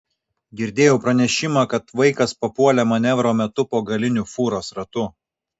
girdėjau pranešimą kad vaikas papuolė manevro metu po galiniu fūros ratu